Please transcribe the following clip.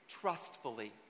trustfully